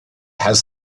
has